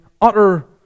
utter